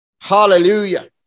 Hallelujah